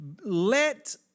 let